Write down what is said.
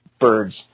birds